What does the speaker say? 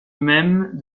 même